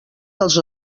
dels